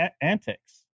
antics